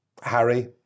Harry